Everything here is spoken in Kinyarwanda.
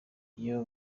iyo